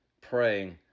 praying